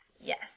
Yes